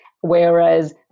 whereas